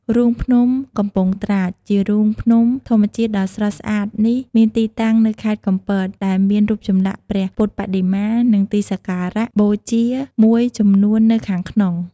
រូងភ្នំកំពង់ត្រាច ជារូងភ្នំធម្មជាតិដ៏ស្រស់ស្អាតនេះមានទីតាំងនៅខេត្តកំពត ដែលមានរូបចម្លាក់ព្រះពុទ្ធបដិមា និងទីសក្ការបូជាមួយចំនួននៅខាងក្នុង។